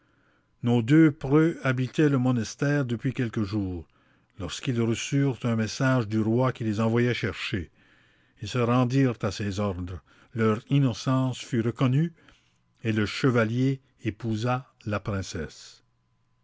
nos deux preux habitaient le monastère depuis quelques jours lorsqu'ils reçurent un message du roi qui les envoyait chercher ils se rendirent à ses ordres leur innocence fut reconnue et le chevalier épousa la princesse